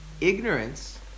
Ignorance